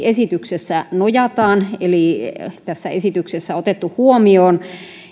esityksessä nojataan eli esityksessä on otettu huomioon